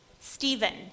Stephen